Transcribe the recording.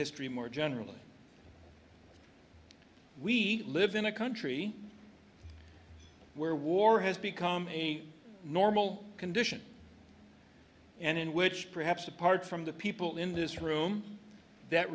history more generally we live in a country where war has become any normal condition and in which perhaps apart from the people in this room that